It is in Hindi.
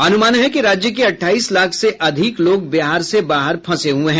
अनुमान है कि राज्य के अठाईस लाख से अधिक लोग बिहार से बाहर फंसे हुये हैं